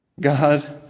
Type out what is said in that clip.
God